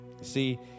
See